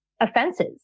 offenses